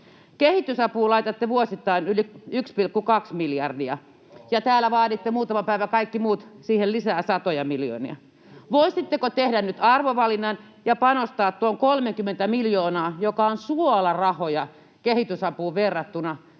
Kehitysapuun laitatte vuosittain 1,2 miljardia ja täällä vaaditte — te kaikki muut — muutama päivä sitten siihen lisää satoja miljoonia. Voisitteko tehdä nyt arvovalinnan ja panostaa tuon 30 miljoonaa, joka on suolarahoja kehitysapuun verrattuna,